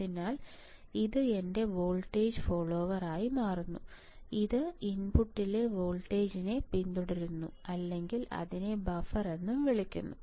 അതിനാൽ ഇത് എന്റെ വോൾട്ടേജ് ഫോളോവർ ആയി മാറുന്നു ഇത് ഇൻപുട്ടിലെ വോൾട്ടേജിനെ പിന്തുടരുന്നു അല്ലെങ്കിൽ അതിനെ ബഫർ എന്നും വിളിക്കുന്നു